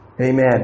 Amen